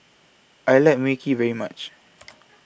I like Mui Kee very much